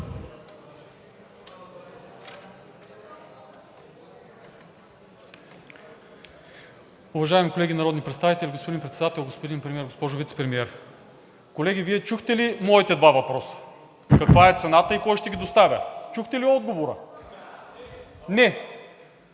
Уважаеми колеги народни представители, господин Председател, господин Премиер, госпожо Вицепремиер! Колеги, Вие чухте ли моите два въпроса – каква е цената и кой ще ги достави? Чухте ли отговора? Не.